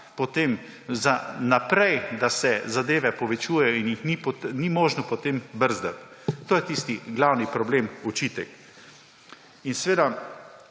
potem za naprej, da se zadeve povečujejo in jih ni možno potem brzdati. To je tisti glavni problem in očitek. V taki